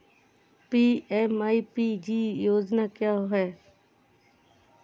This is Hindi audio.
पी.एम.ई.पी.जी योजना क्या है?